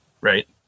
Right